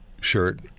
shirt